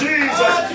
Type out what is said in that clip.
Jesus